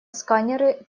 сканеры